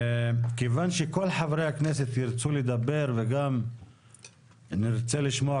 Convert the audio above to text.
כיוון שכל חברי הכנסת ירצו לדבר וגם נרצה לשמוע